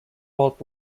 old